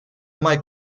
mai